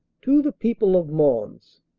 to the people of mons,